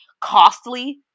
costly